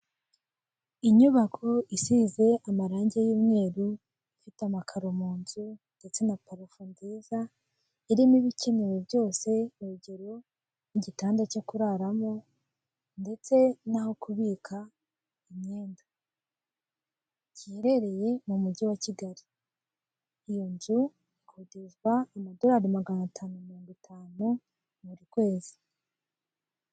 Inyubako isize amarange y'umweru ifite n'amakaroni ndetse na parafo nziza irimo ibikenewe byose, hejuru y'igitanda cyo kuraramo ndetse naho kubika iherereye mu mujyi wa kigali magana atatu k'ukwezi.